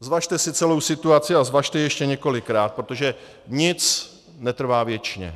Zvažte si celou situaci a zvažte ji ještě několikrát, protože nic netrvá věčně.